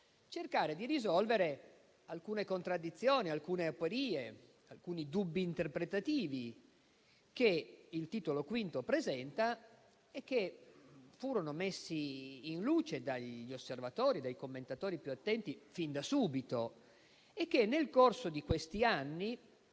di risolvere alcune contraddizioni, alcune aporie e alcuni dubbi interpretativi che il Titolo V presenta, che furono messi in luce dagli osservatori e dai commentatori più attenti fin da subito, che nel corso di questi anni